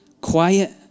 Quiet